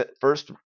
first